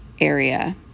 area